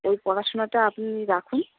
ওই পড়াশুনাটা আপনি রাখুন